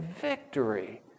victory